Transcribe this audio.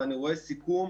ואני רואה סיכום